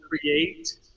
create